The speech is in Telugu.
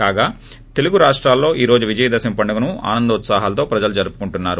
కాగా తెలుగు రాష్టలో ఈ రోజు విజయదశమి పండుగను ఆనందోత్సాహాలతో ప్రజలు జరుపుకుంటున్నారు